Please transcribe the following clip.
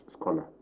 scholar